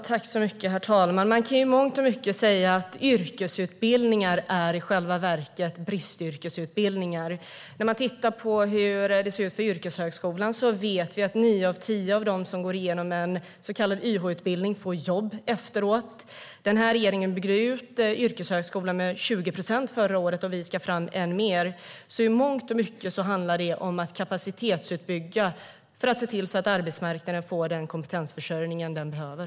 Herr talman! Man kan i mångt och mycket säga att yrkesutbildningar i själva verket är bristyrkesutbildningar. Vi vet att nio av tio som går igenom en så kallad YH-utbildning får jobb efteråt. Den här regeringen byggde ut yrkeshögskolan med 20 procent förra året, och vi ska göra ännu mer. I mångt och mycket handlar det om kapacitetsutbyggnad för att arbetsmarknaden ska få den kompetensförsörjning den behöver.